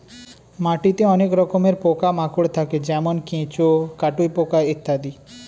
মাটিতে অনেক রকমের পোকা মাকড় থাকে যেমন কেঁচো, কাটুই পোকা ইত্যাদি